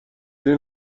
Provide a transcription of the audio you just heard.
این